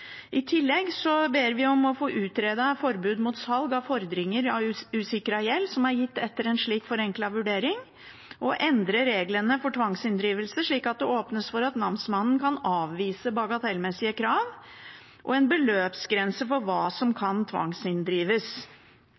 I tillegg ber vi om å få utredet forbud mot salg av fordringer av usikret gjeld gitt etter en slik forenklet vurdering, å endre reglene for tvangsinndrivelse, slik at det åpnes for at namsmannen kan avvise bagatellmessige krav, en beløpsgrense for hva som kan tvangsinndrives,